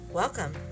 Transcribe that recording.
Welcome